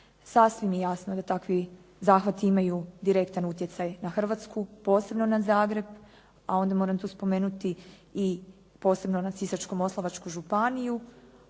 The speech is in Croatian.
sasvim je jasno da takvi zahvati imaju direktan utjecaj na Hrvatsku, posebno na Zagreb a onda moram tu spomenuti i posebno na Sisačko-moslavačku županiju